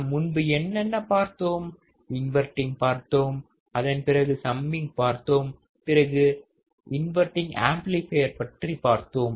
நாம் முன்பு என்ன என்ன பார்த்தோம் இன்வெர்டிங் பார்த்தோம் அதன் பிறகு சம்மிங் பார்த்தோம் பிறகு இன்வெர்டிங் ஆம்ப்ளிபையர் பற்றி பார்த்தோம்